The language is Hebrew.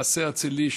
מעשה אצילי,